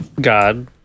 god